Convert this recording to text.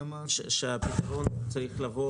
והפתרון צריך לבוא